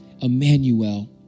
Emmanuel